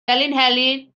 felinheli